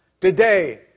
Today